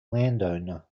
landowner